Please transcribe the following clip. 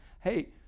Hey